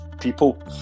people